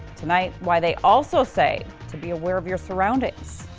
tonight why they also say to be aware of your surroundings.